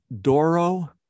Doro